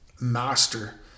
master